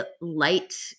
light